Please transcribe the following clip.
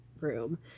room